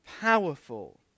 powerful